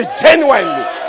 genuinely